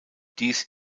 dies